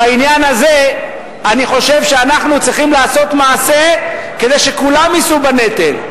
בעניין הזה אני חושב שאנחנו צריכים לעשות מעשה כדי שכולם יישאו בנטל,